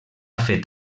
fet